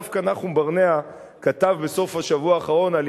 דווקא נחום ברנע כתב בסוף השבוע האחרון על